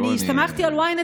אני הסתמכתי על ynet